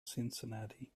cincinnati